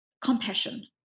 compassion